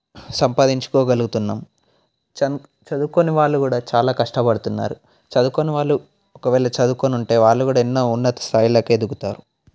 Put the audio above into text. సంపాదించుకోగలుగుతున్నాం చదువుకొని వాళ్ళు కూడా చాలా కష్టపడుతున్నారు చదువుకొని వాళ్ళు ఒకవేళ చదువుకొని ఉంటే వాళ్ళు కూడా ఎన్నో ఉన్నత స్థాయిలకి ఎదుగుతారు